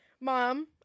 Mom